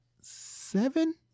seven